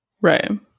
Right